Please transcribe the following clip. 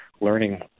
learning